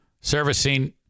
servicing